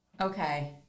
Okay